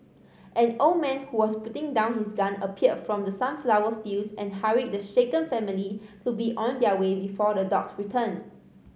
an old man who was putting down his gun appeared from the sunflower fields and hurried the shaken family to be on their way before the dogs return